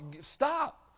stop